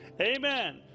amen